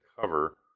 cover